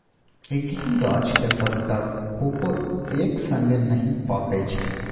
एक्कहि गाछक सबटा कोको एक संगे नहि पाकय छै